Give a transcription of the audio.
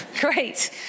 Great